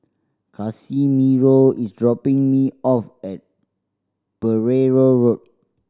Casimiro is dropping me off at Pereira Road